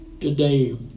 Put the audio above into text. today